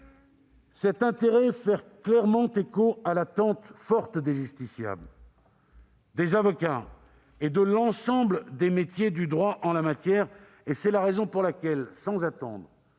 Cet intérêt fait clairement écho à l'attente forte des justiciables, des avocats et de l'ensemble des métiers du droit en la matière. C'est la raison pour laquelle, le